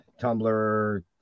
tumblr